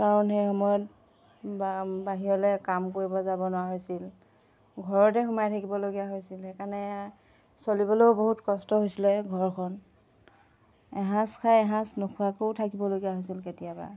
কাৰণ সেই সময়ত বাহিৰলৈ কাম কৰিব যাব নোৱাৰা হৈছিল ঘৰতে সোমাই থাকিবলগীয়া হৈছিল সেইকাৰণে চলিবলৈও বহুত কষ্ট হৈছিলে ঘৰখন এসাঁজ খাই এসাঁজ নোখোৱাকৈও থাকিবলগীয়া হৈছিল কেতিয়াবা